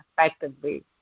effectively